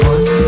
One